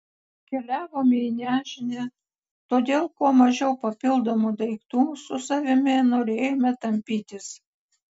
keliavome į nežinią todėl kuo mažiau papildomų daiktų su savimi norėjome tampytis